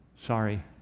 sorry